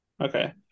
Okay